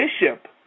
bishop